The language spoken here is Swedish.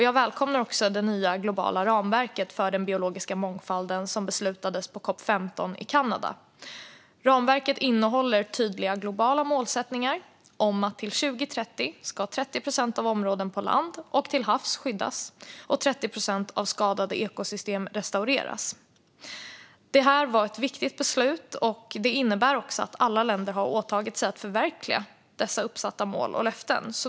Jag välkomnar också det nya globala ramverket för den biologiska mångfalden som beslutades på COP 15 i Kanada. Ramverket innehåller tydliga globala målsättningar om att till 2030 ska 30 procent av områden på land och till havs skyddas och 30 procent av skadade ekosystem restaureras. Det här var ett viktigt beslut, och det innebär också att alla länder har åtagit sig att förverkliga uppsatta mål och löften.